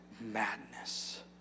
madness